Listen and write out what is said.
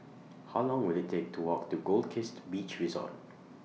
How Long Will IT Take to Walk to Goldkist Beach Resort